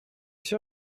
sûr